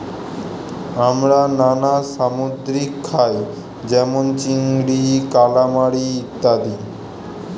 আমরা নানা সামুদ্রিক খাই যেমন চিংড়ি, কালামারী ইত্যাদি